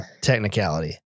technicality